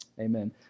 Amen